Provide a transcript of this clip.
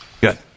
Good